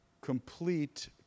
complete